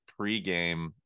pregame